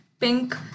pink